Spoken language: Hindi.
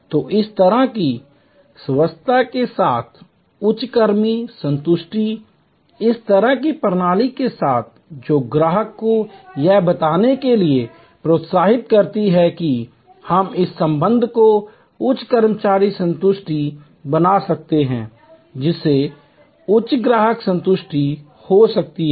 तो इस तरह की स्वायत्तता के साथ उच्च कर्मचारी संतुष्टि इस तरह की प्रणाली के साथ जो ग्राहक को यह बताने के लिए प्रोत्साहित करती है कि हम इस संबंध को उच्च कर्मचारी संतुष्टि बना सकते हैं जिससे उच्च ग्राहक संतुष्टि हो सकती है